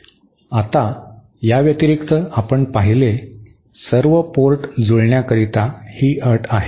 आता याव्यतिरिक्त आपण पाहिले सर्व पोर्ट जुळण्याकरिता ही अट आहे